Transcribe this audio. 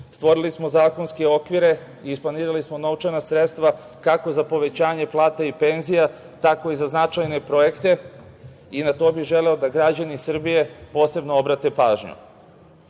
stvorili smo zakonske okvire i isplanirali smo novčana sredstva, kako za povećanje plata i penzija, tako i za značajne projekte i na to bih želeo da građani Srbije posebno obrate